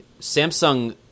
Samsung